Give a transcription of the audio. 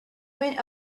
went